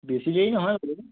বেছি দেৰি নহয়